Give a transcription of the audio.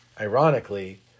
ironically